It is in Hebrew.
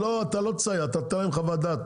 לא אתה לא סייע אתה תיתן חוות דעת,